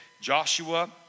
Joshua